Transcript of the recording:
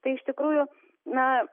tai iš tikrųjų na